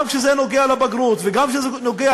גם כשזה נוגע לבגרות וגם כשזה נוגע